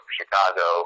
Chicago